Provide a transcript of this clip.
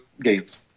games